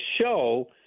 show